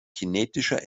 kinetischer